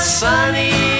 sunny